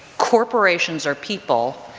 corporations are people,